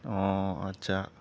অ' আচ্ছা